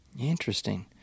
Interesting